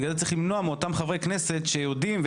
בגלל זה צריך למנוע מאותם חברי כנסת שיודעים,